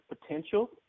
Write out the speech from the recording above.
potential